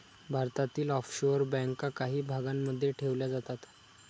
भारतातील ऑफशोअर बँका काही भागांमध्ये ठेवल्या जातात